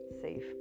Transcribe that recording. safe